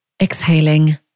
Exhaling